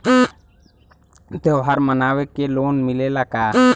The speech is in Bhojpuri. त्योहार मनावे के लोन मिलेला का?